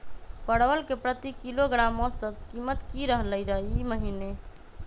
परवल के प्रति किलोग्राम औसत कीमत की रहलई र ई महीने?